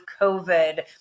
COVID